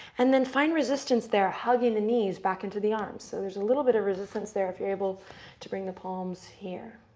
and then find the there, hugging the knees back into the arms. so there's a little bit of resistance there, if you're able to bring the palms here.